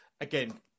again